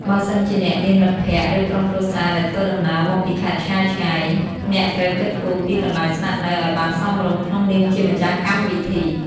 បើសិនជាអ្នកមានមិត្តភក្តិ ឬក្រុមគ្រួសារដែលធ្វើដំណើរមកពីខេត្តឆ្ងាយៗ អ្នកត្រូវគិតគូរពីកន្លែងស្នាក់នៅឱ្យបានសមរម្យក្នុងនាមជាម្ចាស់កម្មវិធី។